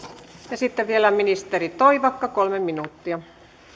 sitten vielä ministeri toivakka kolme minuuttia